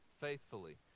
faithfully